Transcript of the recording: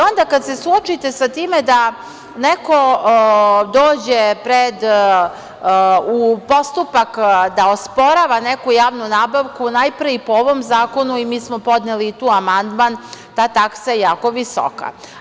Onda kada se suočite sa time da neko dođe u postupak da osporava neku javnu nabavku, najpre po ovom zakonu i mi smo podneli i tu amandman, ta taksa je jako visoka.